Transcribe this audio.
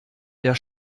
der